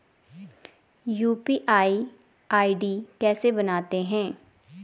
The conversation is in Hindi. यु.पी.आई आई.डी कैसे बनाते हैं?